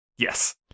Yes